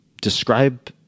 describe